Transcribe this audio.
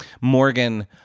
Morgan